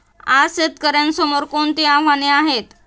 आज शेतकऱ्यांसमोर कोणती आव्हाने आहेत?